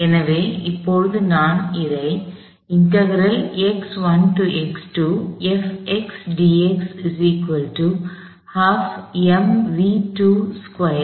எனவே இப்போது நான் அதை அறிவேன்